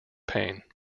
pain